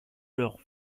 leurs